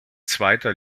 zweiter